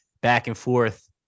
back-and-forth